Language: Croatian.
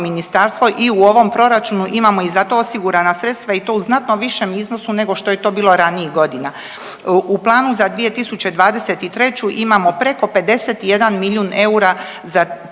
i u ovo proračunu imamo i za to osigurana sredstva i to u znatno višem iznosu nego što je to bilo ranijih godina. U planu za 2023. imamo preko 51 milijun eura za tu